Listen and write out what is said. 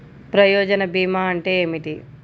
ప్రయోజన భీమా అంటే ఏమిటి?